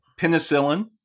Penicillin